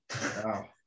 Wow